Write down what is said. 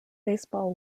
baseball